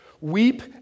Weep